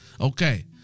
Okay